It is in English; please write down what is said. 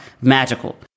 magical